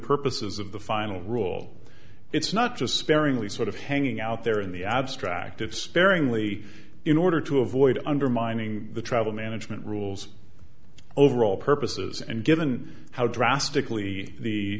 purposes of the final rule it's not just sparingly sort of hanging out there in the abstract it sparingly in order to avoid undermining the travel management rules over all purposes and given how drastically the